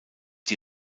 die